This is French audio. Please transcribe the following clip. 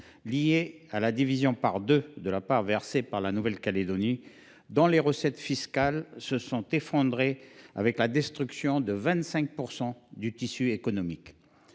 liées à la division par deux de la part versée par la Nouvelle Calédonie, dont les recettes fiscales se sont effondrées du fait de la destruction de 25 % du tissu économique.